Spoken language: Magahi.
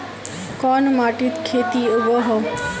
कोन माटित खेती उगोहो?